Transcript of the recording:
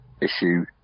issue